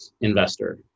investor